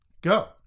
go